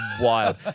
wild